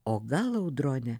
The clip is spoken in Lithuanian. o gal audrone